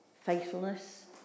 faithfulness